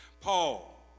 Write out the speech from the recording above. Paul